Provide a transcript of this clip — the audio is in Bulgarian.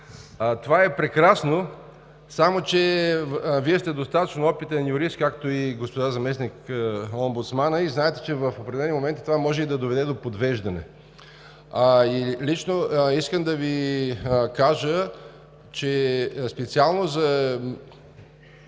Това е прекрасно, само че Вие сте достатъчно опитен юрист, както и госпожа заместник-омбудсманът, знаете, че в определени моменти това може да доведе до подвеждане. Искам лично да Ви кажа, че специално за